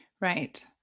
Right